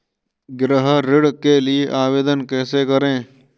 गृह ऋण के लिए आवेदन कैसे करें?